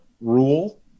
Rule